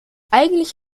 eigentlich